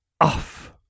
off